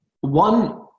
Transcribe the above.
One